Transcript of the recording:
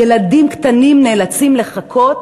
ילדים קטנים נאלצים לחכות